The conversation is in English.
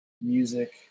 music